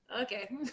Okay